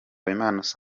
ari